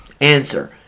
Answer